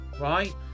right